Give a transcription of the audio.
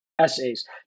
essays